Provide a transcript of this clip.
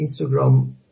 Instagram